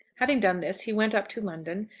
having done this, he went up to london,